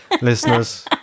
listeners